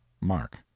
Mark